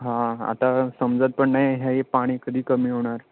हां आता समजत पण नाही हे पाणी कधी कमी होणार